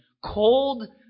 cold